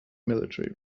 military